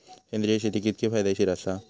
सेंद्रिय शेती कितकी फायदेशीर आसा?